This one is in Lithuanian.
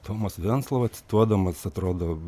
tomas venclova cituodamas atrodo